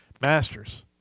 Masters